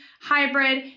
hybrid